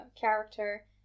character